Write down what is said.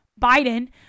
Biden